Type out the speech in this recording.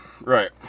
right